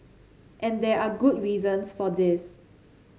and there are good reasons for this